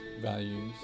values